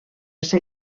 ser